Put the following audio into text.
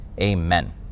Amen